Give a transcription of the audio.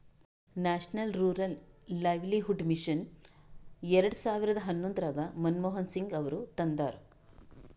national rural livelihood mission ಎರೆಡ ಸಾವಿರದ ಹನ್ನೊಂದರಾಗ ಮನಮೋಹನ್ ಸಿಂಗ್ ಅವರು ತಂದಾರ